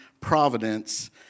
providence